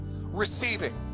receiving